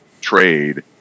trade